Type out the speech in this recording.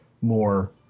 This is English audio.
more